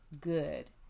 good